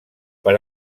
per